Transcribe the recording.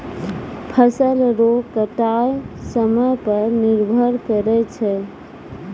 फसल रो कटाय समय पर निर्भर करै छै